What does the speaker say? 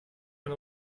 met